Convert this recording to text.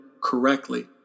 correctly